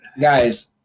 Guys